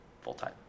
full-time